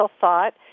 thought